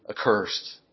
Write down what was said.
accursed